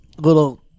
Little